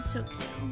Tokyo